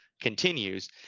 continues